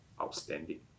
outstanding